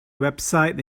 website